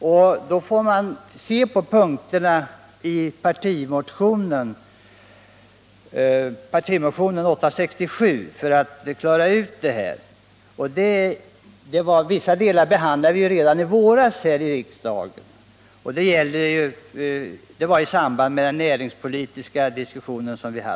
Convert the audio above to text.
Man får då se på punkterna i partimotionen 867 för att klara ut detta. Vissa delar behandlade vi redan i våras i riksdagen i samband med den näringspolitiska debatten.